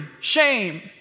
shame